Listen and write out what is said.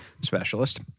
specialist